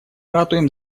ратуем